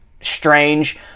strange